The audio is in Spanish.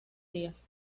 días